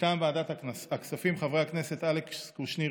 מטעם ועדת הכספים: חברי הכנסת אלכס קושניר,